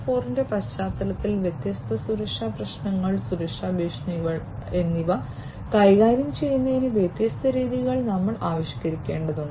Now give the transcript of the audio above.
0 ന്റെ പശ്ചാത്തലത്തിൽ വ്യത്യസ്ത സുരക്ഷാ പ്രശ്നങ്ങൾ സുരക്ഷാ ഭീഷണികൾ എന്നിവ കൈകാര്യം ചെയ്യുന്നതിന് വ്യത്യസ്ത രീതികൾ ഞങ്ങൾ ആവിഷ്കരിക്കേണ്ടതുണ്ട്